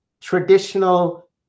traditional